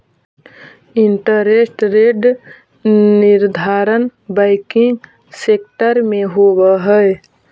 interest rate के निर्धारण banking sector में होवऽ हई